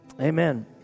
amen